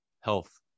health